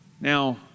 Now